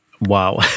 Wow